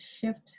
shift